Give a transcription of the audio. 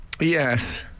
Yes